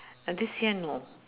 uh this year no